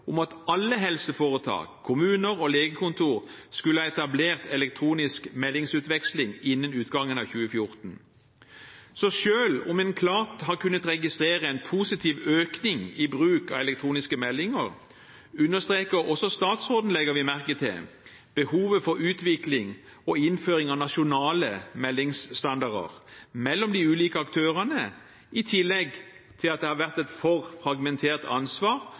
om at alle helseforetak, kommuner og legekontor skulle ha etablert elektronisk meldingsutveksling innen utgangen av 2014. Så selv om en klart har kunnet registrere en positiv økning i bruk av elektroniske meldinger, understreker også statsråden – legger vi merke til – behovet for utvikling og innføring av nasjonale meldingsstandarder mellom de ulike aktørene, i tillegg til at det har vært et for fragmentert ansvar